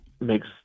makes